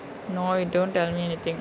no you don't tell me anything